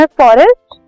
forest